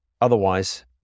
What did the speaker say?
otherwise